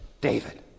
David